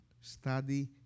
study